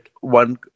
one